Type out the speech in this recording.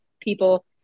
people